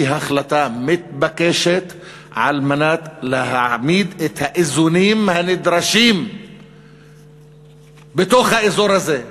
היא החלטה מתבקשת על מנת להעמיד את האיזונים הנדרשים בתוך האזור הזה.